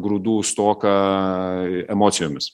grūdų stoką emocijomis